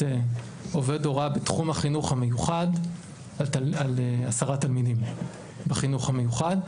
עובד הוראה בתחום החינוך המיוחד על 10 תלמידים בחינוך המיוחד.